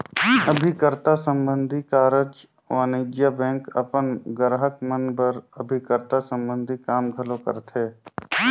अभिकर्ता संबंधी कारज वाणिज्य बेंक अपन गराहक मन बर अभिकर्ता संबंधी काम घलो करथे